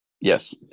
Yes